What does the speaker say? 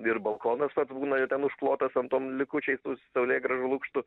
ir balkonas pats būna jau ten užklotas ten tom likučiais saulėgrąžų lukštų